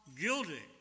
guilty